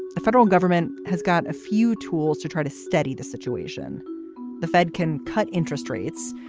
the federal government has got a few tools to try to steady the situation the fed can cut interest rates,